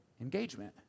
engagement